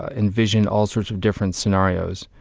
ah envision all sorts of different scenarios.